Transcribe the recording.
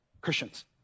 Christians